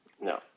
No